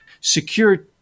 Secure